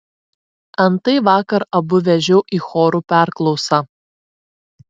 antai vakar abu vežiau į chorų perklausą